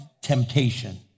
temptation